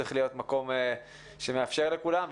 שצריך להיות מקום שמאפשר לכולם,